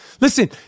Listen